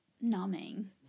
numbing